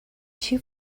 two